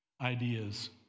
ideas